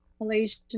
Malaysian